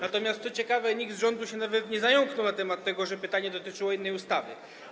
Natomiast, co ciekawe, nikt z rządu się nawet nie zająknął na temat tego, że pytanie dotyczyło innej ustawy.